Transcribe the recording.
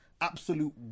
absolute